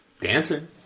Dancing